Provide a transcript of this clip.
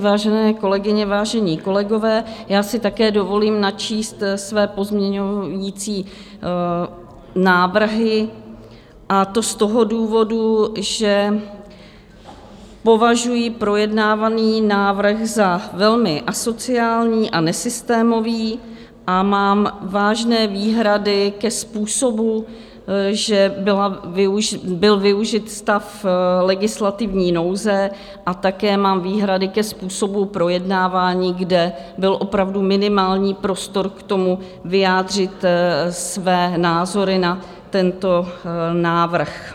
Vážené kolegyně, vážení kolegové, já si také dovolím načíst své pozměňovací návrhy, a to z toho důvodu, že považuji projednávaný návrh za velmi asociální a nesystémový a mám vážné výhrady ke způsobu, jak byl využit stav legislativní nouze, a také mám výhrady ke způsobu projednávání, kde byl opravdu minimální prostor k tomu, vyjádřit své názory na tento návrh.